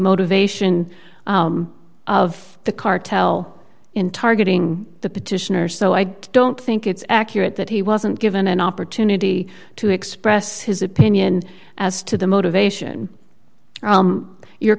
motivation of the cartel in targeting the petitioner so i don't think it's accurate that he wasn't given an opportunity to express his opinion as to the motivation your